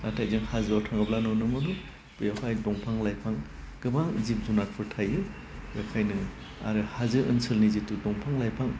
नाथाय जों हाजोआव थाङोब्ला नुनो मोनो बेयावहाय दंफां लाइफां गोबां जिब जुनारफोर थायो बेखायनो आरो हाजो ओनसोलनि जिथु दंफां लाइफां